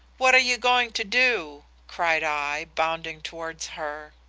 what are you going to do cried i, bounding towards her.